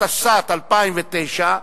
התשס"ט 2009,